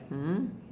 mm